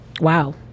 Wow